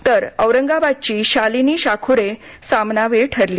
तर औरंगाबादची शालिनी शाख्रे सामनावीर ठरली